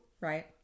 right